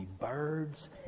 birds